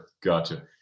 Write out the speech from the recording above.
gotcha